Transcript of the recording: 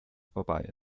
vorbei